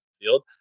field